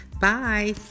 Bye